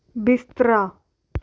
ਬਿਸਤਰਾ